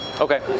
Okay